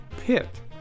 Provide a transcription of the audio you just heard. pit